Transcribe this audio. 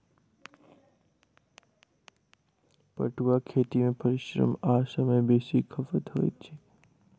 पटुआक खेती मे परिश्रम आ समय बेसी खपत होइत छै